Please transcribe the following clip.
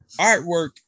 artwork